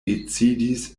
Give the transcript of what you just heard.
decidis